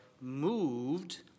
moved